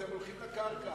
אתם הולכים לקרקע.